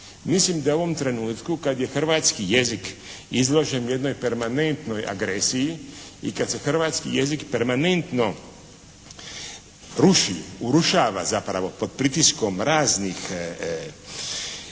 Mislim da je u ovom trenutku kad je hrvatski jezik izložen jednoj permanentnoj agresiji i kad se hrvatski jezik permanentno ruši, urušava zapravo pod pritiskom raznih